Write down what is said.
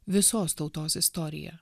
visos tautos istoriją